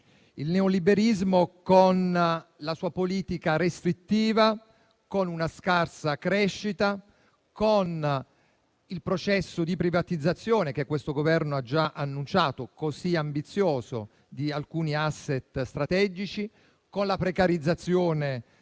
il neoliberismo, con la sua politica restrittiva, con una scarsa crescita, con il processo di privatizzazione che questo Governo ha già annunciato, così ambizioso, di alcuni *asset* strategici, con la precarizzazione